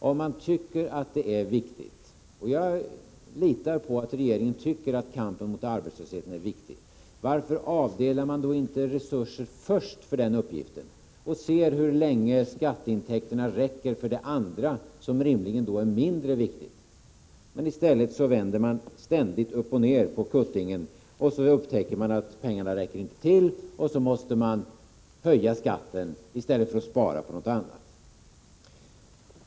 Om man tycker att kampen mot arbetslösheten är viktig — och jag litar på att regeringen tycker det — varför avdelar man då inte först resurser för den uppgiften och ser hur länge skatteintäkterna räcker för det andra, som rimligen i så fall är mindre viktigt? I stället vänder man ständigt upp och ned på kuttingen. Sedan upptäcker man att pengarna inte räcker till, och så måste man höja skatten i stället för att spara på något annat.